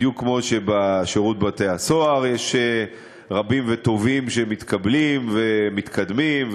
בדיוק כמו שבשירות בתי-הסוהר יש רבים וטובים שמתקבלים ומתקדמים,